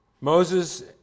Moses